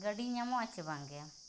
ᱜᱟᱹᱰᱤ ᱧᱟᱢᱚᱜᱼᱟ ᱥᱮ ᱵᱟᱝᱜᱮ